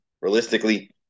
realistically